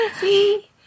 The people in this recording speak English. See